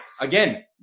Again